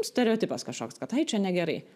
stereotipas kažkoks kad ai čia negerai